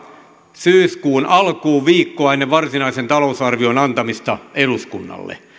syyskuun alkuun viikkoa ennen varsinaisen talousarvion antamista eduskunnalle